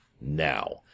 Now